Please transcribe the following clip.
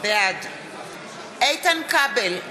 בעד איתן כבל,